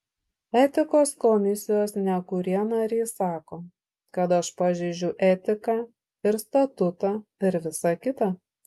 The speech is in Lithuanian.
etikos komisijos nekurie nariai sako kad aš pažeidžiau etiką ir statutą ir visa kita